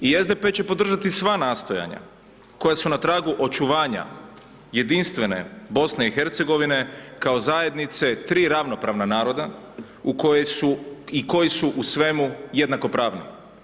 I SDP će podržati sva nastojanja koja su na tragu očuvanja jedinstvene BIH, kao zajednice 3 ravnopravna naroda, u kojoj su i koji su u svemu jednakopravni.